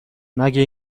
مگه